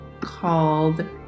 called